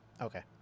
Okay